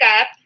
up